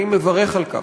אני מברך על כך.